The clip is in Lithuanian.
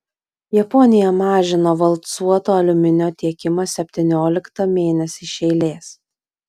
japonija mažino valcuoto aliuminio tiekimą septynioliktą mėnesį iš eilės